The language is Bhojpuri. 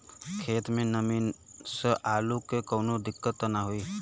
खेत मे नमी स आलू मे कऊनो दिक्कत होई?